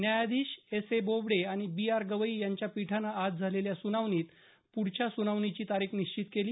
न्यायाधीश S A Bobde आणि B R Gavai यांच्या पीठानं आज झालेल्या सुनावणीत पुढच्या सुनावणीची तारीख निश्चित केली